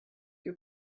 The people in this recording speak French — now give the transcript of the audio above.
que